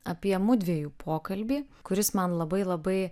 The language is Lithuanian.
apie mudviejų pokalbį kuris man labai labai